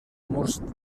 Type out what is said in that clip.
murs